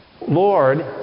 Lord